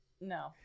No